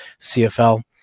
CFL